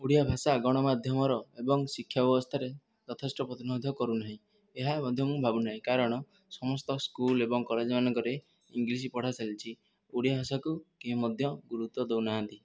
ଓଡ଼ିଆ ଭାଷା ଗଣମାଧ୍ୟମର ଏବଂ ଶିକ୍ଷା ବ୍ୟବସ୍ଥାରେ ଯଥେଷ୍ଟ ପ୍ରତିନିଧିତ୍ୱ କରୁନାହିଁ ଏହା ମଧ୍ୟ ମୁଁ ଭାବୁନାହିଁ କାରଣ ସମସ୍ତ ସ୍କୁଲ୍ ଏବଂ କଲେଜ୍ ମାନଙ୍କରେ ଇଂଲିଶ୍ ପଢ଼ା ଚାଲିଛି ଓଡ଼ିଆ ଭାଷାକୁ କେହି ମଧ୍ୟ ଗୁରୁତ୍ୱ ଦେଉନାହାନ୍ତି